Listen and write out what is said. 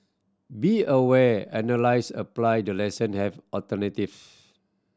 be aware analyse apply the lesson have alternatives